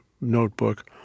notebook